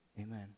amen